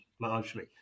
largely